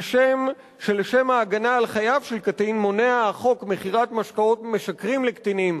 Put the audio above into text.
כשם שלשם ההגנה על חייו של קטין מונע החוק מכירת משקאות משכרים לקטינים,